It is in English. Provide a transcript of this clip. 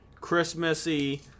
Christmassy